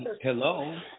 Hello